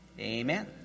Amen